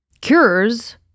cures